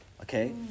Okay